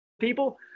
people